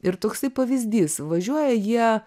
ir toksai pavyzdys važiuoja jie